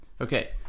Okay